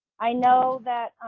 i know that